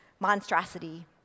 monstrosity